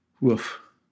Woof